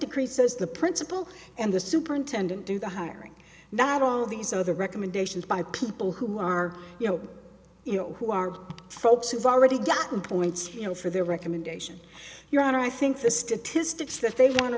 decree says the principal and the superintendent do the hiring that all these other recommendations by people who are you know you know who are folks who've already gotten points you know for their recommendation your honor i think the statistics if they want to